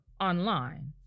online